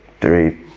three